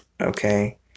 Okay